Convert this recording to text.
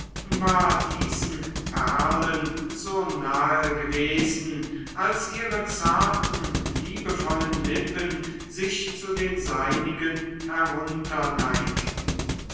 war diesen perlen so nahe gewesen als ihre zarten liebevollen lippen sich zu den seinigen